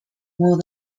more